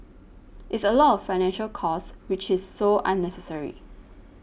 it's a lot of financial cost which is so unnecessary